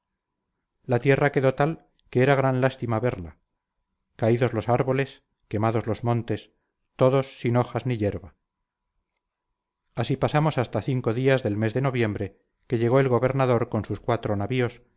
la tierra quedó tal que era gran lástima verla caídos los árboles quemados los montes todos sin hojas ni yerba así pasamos hasta cinco días del mes de noviembre que llegó el gobernador con sus cuatro navíos